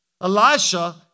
Elisha